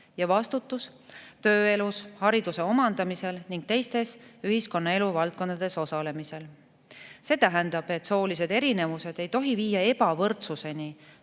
ja vastutus tööelus, hariduse omandamisel ning teistes ühiskonnaelu valdkondades osalemisel. See tähendab, et soolised erinevused ei tohi viia ebavõrdsuseni